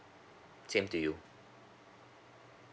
same to you